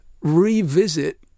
revisit